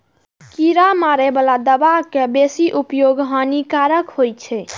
कीड़ा मारै बला दवा के बेसी उपयोग हानिकारक होइ छै